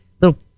Little